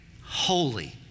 Holy